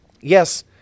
yes